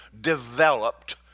developed